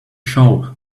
show